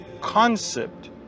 concept